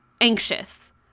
Anxious